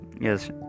Yes